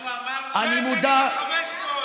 אנחנו אמרנו, התנגדנו לאיכון.